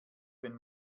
wenn